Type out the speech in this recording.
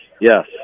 Yes